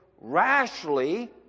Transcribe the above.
rashly